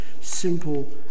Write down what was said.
simple